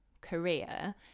career